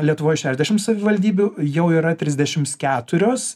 lietuvoj šešdešimt savivaldybių jau yra trisdešimts keturios